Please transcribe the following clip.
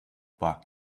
back